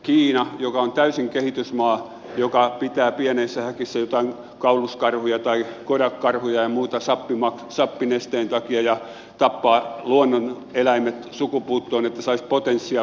kiina joka on täysin kehitysmaa joka pitää pienissä häkeissä jotain kauluskarhuja tai kodiakinkarhuja ja muita sappinesteen takia ja tappaa luonnoneläimet sukupuuttoon että saisi potenssia vähän kun on